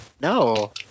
No